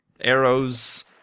arrows